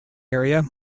area